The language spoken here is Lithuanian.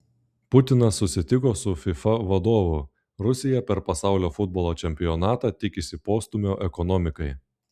putinas susitiko su fifa vadovu rusija per pasaulio futbolo čempionatą tikisi postūmio ekonomikai